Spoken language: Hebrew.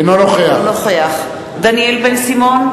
אינו נוכח דניאל בן-סימון,